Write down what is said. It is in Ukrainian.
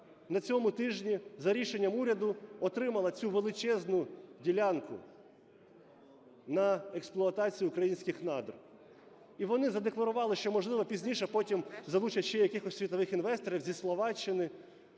на цьому тижні, за рішенням уряду, отримала цю величезну ділянку на експлуатацію українських надр. І вони задекларували, що, можливо, пізніше потім залучать ще якихось світових інвесторів зі Словаччини.